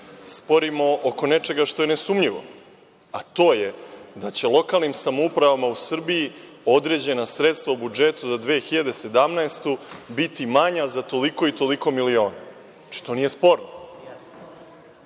sporimo oko nečega što je nesumnjivo, a to je da će lokalnim samoupravama u Srbiji određena sredstva u budžetu za 2017. godinu biti manja za toliko i toliko miliona, što nije sporno.